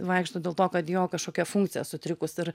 vaikšto dėl to kad jo kažkokia funkcija sutrikus ir